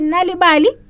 Nalibali